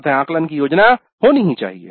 अतः आकलन की योजना होनी ही चाहिए